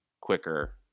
quicker